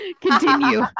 continue